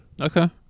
Okay